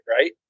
right